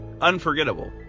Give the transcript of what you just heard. unforgettable